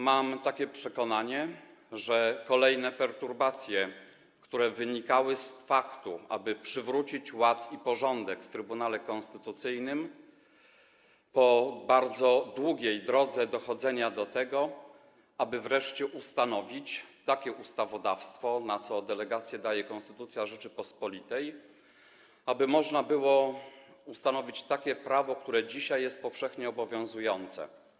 Mam takie przekonanie, że kolejne perturbacje wynikały z dążenia, aby przywrócić ład i porządek w Trybunale Konstytucyjnym i aby po bardzo długiej drodze dochodzenia do tego wreszcie ustanowić takie ustawodawstwo, na co delegacje daje konstytucja Rzeczypospolitej, by można była uchwalić prawo, które dzisiaj jest powszechnie obowiązujące.